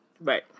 Right